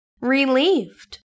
relieved